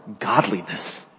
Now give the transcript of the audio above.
godliness